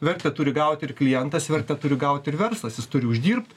vertę turi gaut ir klientas vertę turi gaut ir verslas jis turi uždirbt